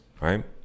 right